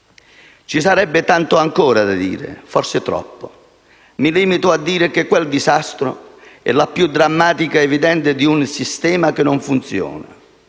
Ci sarebbe tanto altro ancora da dire, forse troppo. Mi limito a dire che quel disastro è la più drammatica evidenza di un sistema che non funziona.